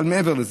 אבל מעבר לזה,